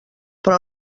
però